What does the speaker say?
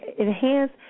enhance